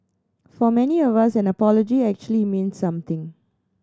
for many of us an apology actually means something